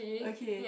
okay